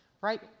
right